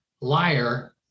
liar